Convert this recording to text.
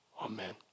Amen